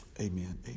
Amen